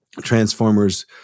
Transformers